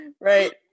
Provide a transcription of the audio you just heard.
Right